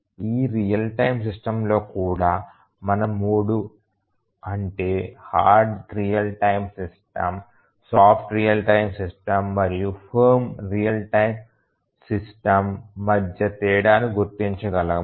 ఈ real time సిస్టమ్స్లో కూడా మనం మూడు అంటే hard real time system soft real time system మరియు ఫర్మ్ రియల్ టైమ్ సిస్టమ్ మధ్య తేడాను గుర్తించగలము